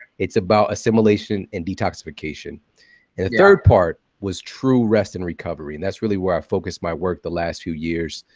it's about assimilation and detoxification. the third part was true rest and recovery, and that's really where i focused my work the last few years.